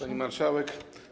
Pani Marszałek!